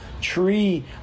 tree